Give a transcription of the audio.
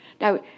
Now